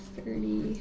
Thirty